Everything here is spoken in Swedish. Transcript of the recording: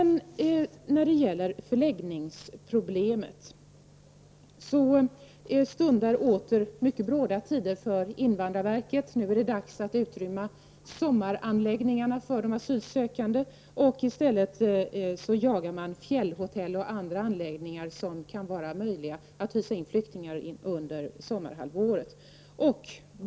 När det gäller förläggningsproblemet stundar det åter mycket bråda tider för invandrarverket. Nu är det dags för de asylsökande att utrymma sommaranläggningarna. I stället jagar man fjällhotell och andra anläggningar som kan hysa flyktingar under sommarhalvåret.